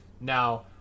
Now